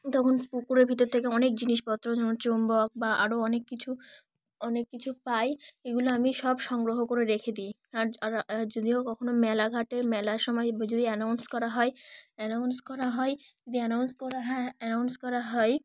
তখন পুকুরের ভিতর থেকে অনেক জিনিসপত্র যেমন চুম্বক বা আরও অনেক কিছু অনেক কিছু পাই এগুলো আমি সব সংগ্রহ করে রেখে দিই আর আর যদি বা কখনো মেলা ঘাটে মেলার সময় যদি অ্যানাউন্স করা হয় অ্যানাউন্স করা হয় যদি অ্যানাউন্স করা হ্যাঁ অ্যানাউন্স করা হয়